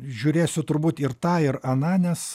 žiūrėsiu turbūt ir tą ir aną nes